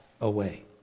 away